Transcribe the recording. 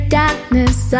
darkness